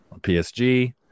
PSG